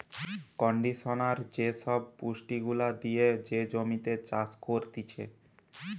conditioner সব পুষ্টি গুলা দিয়ে যে জমিতে চাষ করতিছে